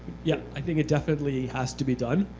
yeah i think it definitely has to be done.